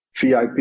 VIP